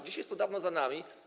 Dzisiaj jest to dawno za nami.